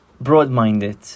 broad-minded